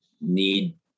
need